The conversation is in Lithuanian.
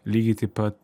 lygiai taip pat